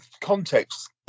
context